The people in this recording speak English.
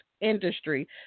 industry